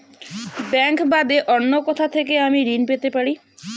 Bank বাদে অন্য কোথা থেকে আমি ঋন পেতে পারি?